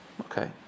Okay